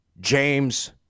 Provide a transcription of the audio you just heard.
James